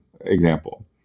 example